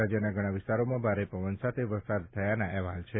રાજ્યના ઘણા વિસ્તારોમાં ભારે પવન સાથે વરસાદ થયાના અહેવાલ છે